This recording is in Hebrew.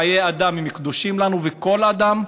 חיי אדם קדושים לנו, כל אדם,